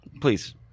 Please